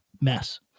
mess